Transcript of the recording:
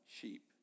sheep